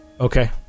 okay